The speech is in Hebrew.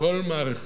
כל מערכת.